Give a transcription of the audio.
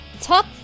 Top